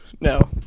no